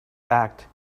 act